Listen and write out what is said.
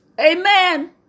Amen